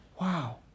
Wow